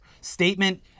statement